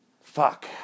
Fuck